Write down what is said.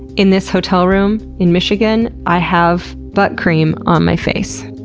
in this hotel room in michigan, i have butt cream on my face.